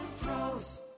pros